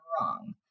wrong